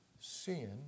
sin